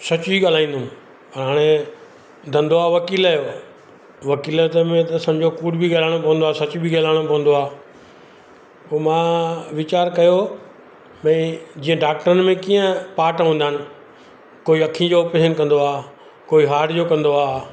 सच ई ॻालाईंदुमि ऐं हाणे धंदो आहे वकील जो वकील में त सम्झो कूड़ बि ॻालाइणो पवंदो आहे सच बि ॻालाइणो पवंदो आहे पोइ मां वीचार कयो भई जीअं डाक्टरनि में कीअं पार्ट हुंदा आहिनि कोई अखियुनि जो ऑपरेशन कंदो आहे कोई हार्ड जो कंदो आहे